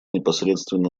непосредственно